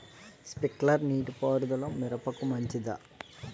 Sprinkler నీటిపారుదల మిరపకు మంచిదా?